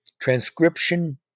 transcription